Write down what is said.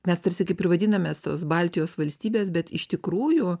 mes tarsi kaip ir vadinamės tos baltijos valstybės bet iš tikrųjų